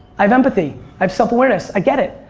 i have empathy. i have self-awareness, i get it.